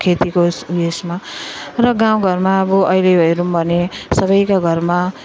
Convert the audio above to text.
खेतीको उयसमा र गाउँघरमा अब अहिले हेर्यौँ भने सबका घरमा